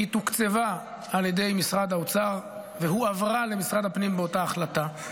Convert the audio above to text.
היא תוקצבה על ידי משרד האוצר והועברה למשרד הפנים באותה החלטה.